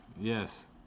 yes